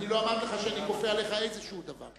אני לא אמרתי לך שאני כופה עליך איזה דבר.